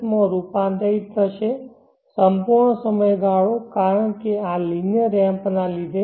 માં રૂપાંતરિત થશે સંપૂર્ણ સમયગાળો કારણ કે આ લિનિયર રેમ્પ ના લીધે